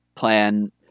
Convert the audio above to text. Plan